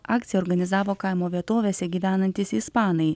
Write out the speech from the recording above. akciją organizavo kaimo vietovėse gyvenantys ispanai